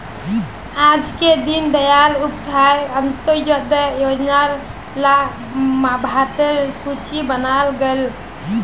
आजके दीन दयाल उपाध्याय अंत्योदय योजना र लाभार्थिर सूची बनाल गयेल